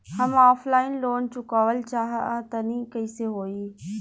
हम offline loan चुकावल चाहऽ तनि कइसे होई?